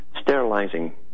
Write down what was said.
sterilizing